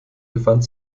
befand